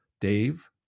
Dave